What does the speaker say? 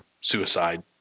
suicide